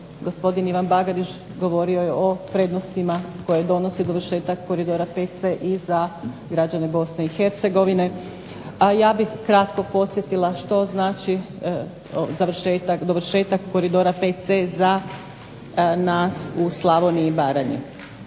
gospodin Ivan Bagarić govorio je o prednostima koje donosi dovršetak Koridora VC i za građane BiH, a ja bih kratko podsjetila što znači dovršetak Koridora VC za nas u Slavoniji i Baranji.